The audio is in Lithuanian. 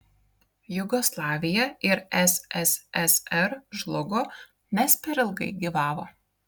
jugoslavija ir sssr žlugo nes per ilgai gyvavo